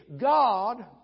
God